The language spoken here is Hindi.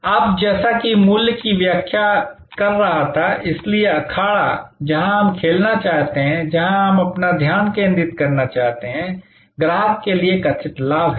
अब जैसा कि मैं मूल्य की व्याख्या कर रहा था इसीलिए अखाड़ा जहाँ हम खेलना चाहते हैं जहाँ हम अपना ध्यान केंद्रित करना चाहते हैं ग्राहक के लिए कथित लाभ है